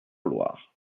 loire